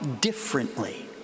differently